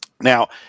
now